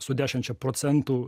su dešimčia procentų